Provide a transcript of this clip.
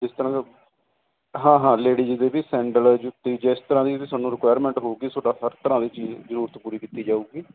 ਇਸ ਤਰ੍ਹਾਂ ਹਾਂ ਹਾਂ ਲੇਡੀਜ ਦੇ ਵੀ ਸੈਂਡਲ ਜੁੱਤੀ ਜਿਸ ਤਰ੍ਹਾਂ ਦੀ ਸਾਨੂੰ ਰਿਕੁਾਇਰਮੈਂਟ ਹੋਊਗੀ ਤੁਹਾਡਾ ਹਰ ਤਰਹਾਂ ਦੀ ਜਰੂਰਤ ਪੂਰੀ ਕੀਤੀ ਜਾਊਗੀ